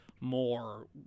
more